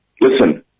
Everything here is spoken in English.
listen